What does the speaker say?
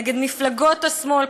נגד מפלגות השמאל,